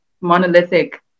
monolithic